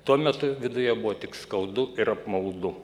tuo metu viduje buvo tik skaudu ir apmaudu